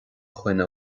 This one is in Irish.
dhuine